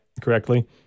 correctly